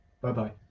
Bye-bye